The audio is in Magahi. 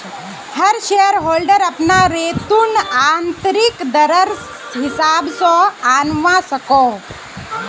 हर शेयर होल्डर अपना रेतुर्न आंतरिक दरर हिसाब से आंनवा सकोह